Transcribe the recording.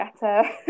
better